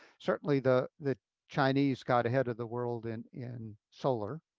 certainly, the the chinese got ahead of the world and in solar.